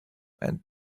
and